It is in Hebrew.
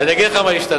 אני אגיד לך מה השתנה.